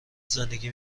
زندگی